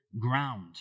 ground